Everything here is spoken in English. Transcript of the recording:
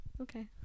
okay